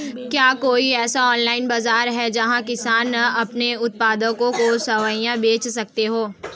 क्या कोई ऐसा ऑनलाइन बाज़ार है जहाँ किसान अपने उत्पादकों को स्वयं बेच सकते हों?